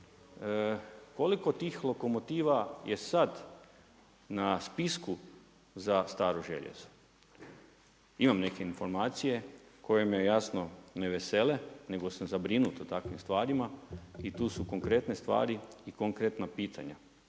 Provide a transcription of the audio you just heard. koliko tih lokomotiva je sada na spisku za staro željezo? Imam neke informacije koje me jasno ne vesele nego sam zabrinut o takvim i tu su konkretne stvari i konkretna pitanja.